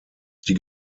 die